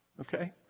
Okay